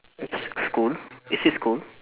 s~ school is this school